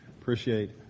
Appreciate